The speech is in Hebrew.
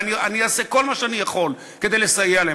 ואני אעשה כל מה שאני יכול כדי לסייע להם,